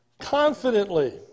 confidently